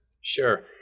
Sure